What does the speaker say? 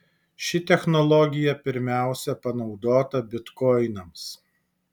ši technologija pirmiausia panaudota bitkoinams